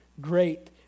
great